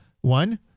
One